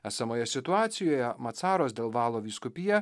esamoje situacijoje macaros del valo vyskupija